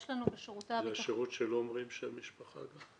זה השירות שלא אומרים שם משפחה גם?